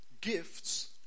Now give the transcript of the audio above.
gifts